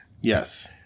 Yes